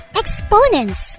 exponents